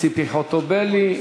ציפי חוטובלי.